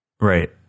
Right